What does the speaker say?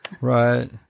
Right